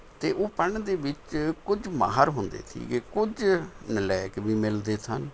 ਅਤੇ ਉਹ ਪੜ੍ਹਨ ਦੇ ਵਿੱਚ ਕੁਝ ਮਾਹਿਰ ਹੁੰਦੇ ਸੀ ਕੁਝ ਨਲਾਇਕ ਵੀ ਮਿਲਦੇ ਸਨ